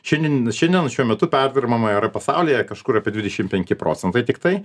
šiandien šiandien šiuo metu perdirbama yra pasaulyje kažkur apie dvidešimt penki procentai tiktai